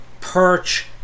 perch